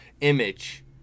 image